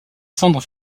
cendres